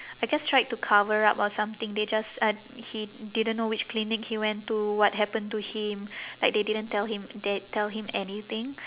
I guess tried to cover up or something they just uh he didn't know which clinic he went to what happen to him like they didn't tell him they tell him anything